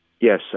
Yes